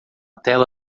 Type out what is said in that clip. tela